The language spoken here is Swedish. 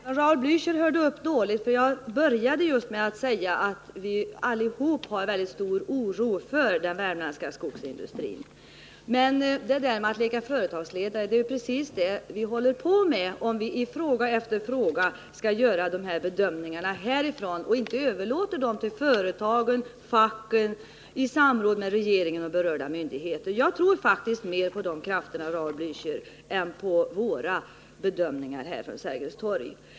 Herr talman! Även Raul Blächer hörde upp dåligt. för jag började mitt anförande med att säga att vi alla hyser stor oro för den värmländska skogsindustrin. När det gäller detta att leka företagsledare vill jag säga att det är precis vad vi håller på med, om vi i fråga efter fråga skall göra bedömningarna från riksdagshuset i stället för att överlåta åt företagen och facken att göra dem i samråd med regeringen och berörda myndigheter. Jag tror faktiskt mer på de krafterna, Raul Blächer, än på vår förmåga att göra bedömningarna här vid Sergels torg.